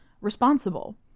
responsible